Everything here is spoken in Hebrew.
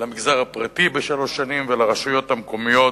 למגזר הפרטי, של שלוש שנים, ולרשויות המקומיות,